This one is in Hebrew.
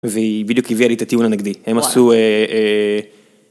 והיא בדיוק הביאה לי את הטיעון הנגדי הם עשו אההה....